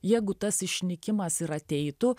jeigu tas išnykimas ir ateitų